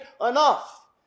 enough